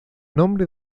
nombre